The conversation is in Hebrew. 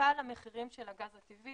מעט על המחירים של הגז הטבעי,